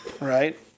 Right